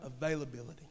availability